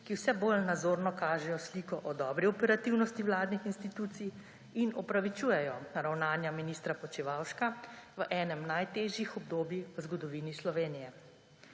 ki vse bolj nazorno kažejo sliko o dobri operativnosti vladnih institucij in opravičujejo ravnanja ministra Počivalška v enem najtežjih obdobij v zgodovini Sloveniji.